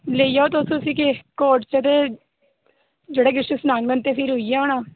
लेई जाओ तुस उसी केह् कोर्ट च ते जेह्ड़ा किश सनाङन ते उयै किश होना